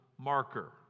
marker